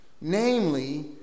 namely